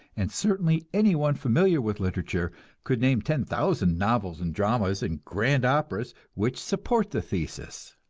and certainly anyone familiar with literature could name ten thousand novels and dramas and grand operas which support the thesis.